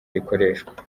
rikoreshwa